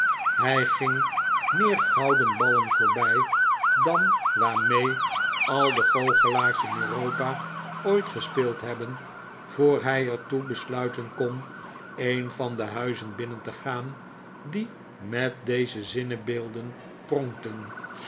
hij ging meer gouden ballen voorbij dan waarmee al de goochelaars in eur op a ooit gespeeld hebben voor hij er toe besluiten kon een van de huizen binnen te gaan die met deze zinnebeelden